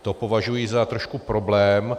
To považuji za trošku problém.